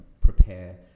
prepare